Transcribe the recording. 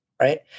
right